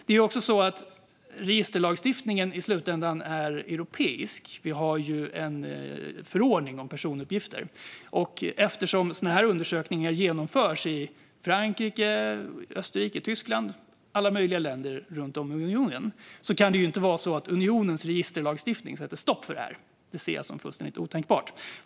Det är också så att registerlagstiftningen i slutändan är europeisk. Vi har ju en förordning om personuppgifter. Eftersom sådana här undersökningar genomförs i Frankrike, Österrike, Tyskland och alla möjliga länder runt om i unionen kan det inte vara så att unionens registerlagstiftning sätter stopp för detta. Det ser jag som fullständigt otänkbart.